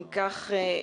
אם כך,